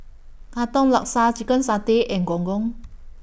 Katong Laksa Chicken Satay and Gong Gong